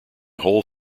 whole